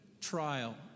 trial